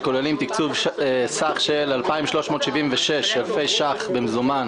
שכוללים תקצוב סך של 2,376 אלפי ש"ח במזומן